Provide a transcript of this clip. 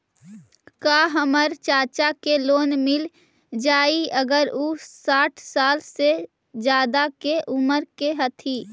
का हमर चाचा के लोन मिल जाई अगर उ साठ साल से ज्यादा के उमर के हथी?